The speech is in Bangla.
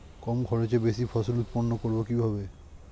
কম খরচে বেশি ফসল উৎপন্ন করব কিভাবে?